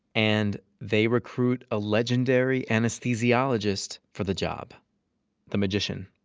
and they recruit a legendary anesthesiologist for the job the magician.